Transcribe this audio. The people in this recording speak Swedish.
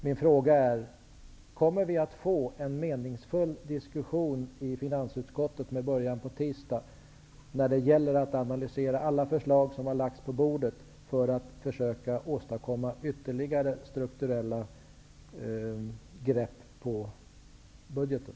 Min fråga är om vi kommer att få en meningsfull diskussion i finansutskottet, med början på tisdag, när det gäller att analysera alla förslag som har lagts på bordet för att försöka åstadkomma ytterligare strukturella grepp på budgeten.